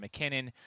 McKinnon